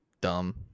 Dumb